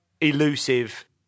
elusive